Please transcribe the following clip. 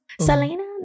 Selena